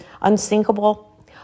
unsinkable